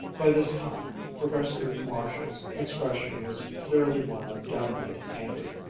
by this time professor marshall's expression was clearly one of downright anger,